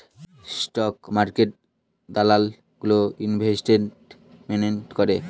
stock মার্কেটে দালাল গুলো ইনভেস্টমেন্ট করে